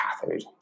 cathode